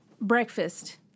breakfast